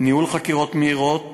וניהול חקירות מהירות